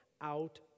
out